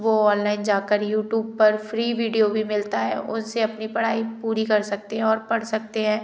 वो ऑनलाइन जा कर यूटूब पर फ्री वीडियो भी मिलता है उनसे अपनी पढ़ाई पूरी कर सकते हैं और पढ़ सकते हैं